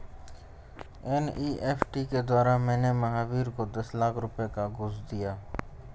NEFT के द्वारा मैंने महावीर को दस लाख रुपए का घूंस दिया